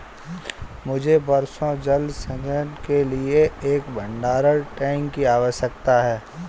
मुझे वर्षा जल संचयन के लिए एक भंडारण टैंक की आवश्यकता है